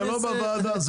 זה לא בוועדה שלי.